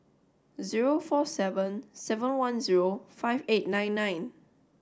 zero four seven seven one zero five eight nine nine